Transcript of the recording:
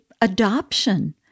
adoption